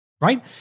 right